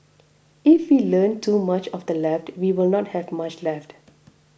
if we learn too much of the left we will not have much left